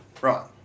Right